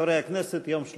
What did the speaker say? חברי הכנסת, יום שלישי,